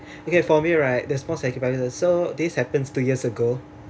okay for me right there's small sacrifices so this happens two years ago